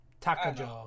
Takajo